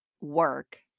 work